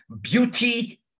beauty